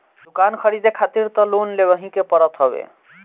दुकान खरीदे खारित तअ लोन लेवही के पड़त हवे